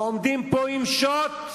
ועומדים פה עם שוט,